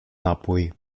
napój